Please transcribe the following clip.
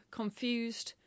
confused